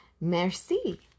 Merci